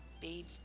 baby